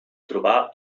trobar